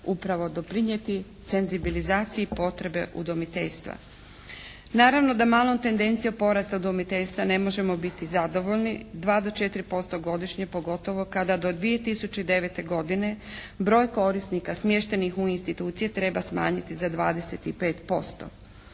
upravo doprinijeti senzibilizaciji potrebe udomiteljstva. Naravno da malom tendencijom porasta udomiteljstva ne možemo biti zadovoljni 2-4% godišnje pogotovo kada do 2009. godine broj korisnika smještenih u institucije treba smanjiti za 25%.